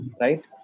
right